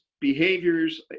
behaviors